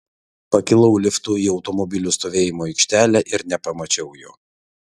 pakilau liftu į automobilių stovėjimo aikštelę ir nepamačiau jo